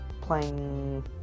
playing